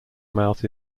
mouth